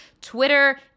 Twitter